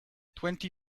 twenty